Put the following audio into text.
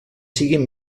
siguin